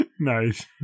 Nice